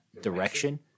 direction